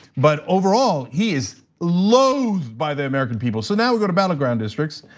but overall, he is loathed by the american people. so now, we go to battleground districts.